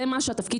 זה התפקיד